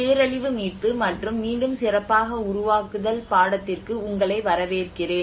பேரழிவு மீட்பு மற்றும் மீண்டும் சிறப்பாக உருவாக்குதல் பாடத்திற்கு உங்களை வரவேற்கிறேன்